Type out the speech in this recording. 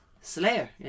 Slayer